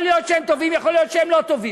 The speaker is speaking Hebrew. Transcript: יכול להיות שהם טובים, יכול להיות שהם לא טובים,